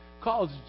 calls